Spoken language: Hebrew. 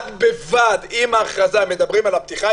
בד בבד עם ההכרזה מדברים על הפתיחה,